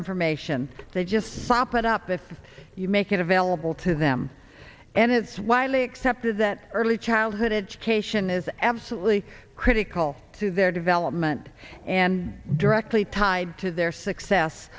information they just pop it up if you make it available to them and it's widely accepted that early childhood education is absolutely critical to their development and directly tied to their success